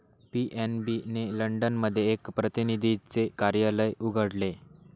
PNB ने London मध्ये एक प्रतिनिधीचे कार्यालय उघडले